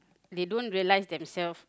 they don't realise themselves